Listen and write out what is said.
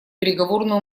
переговорную